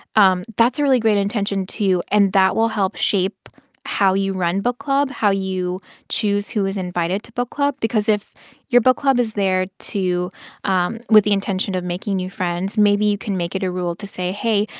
um that's a really great intention, too. and that will help shape how you run book club, how you choose who is invited to book club because if your book club is there to um with the intention of making new friends, maybe you can make it a rule to say, hey,